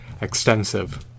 extensive